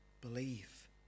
believe